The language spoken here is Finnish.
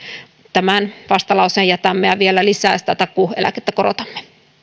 tämän vastalauseen jätämme ja vielä lisää sitä takuu eläkettä korotamme